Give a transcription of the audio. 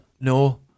No